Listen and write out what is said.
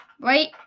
right